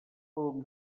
poden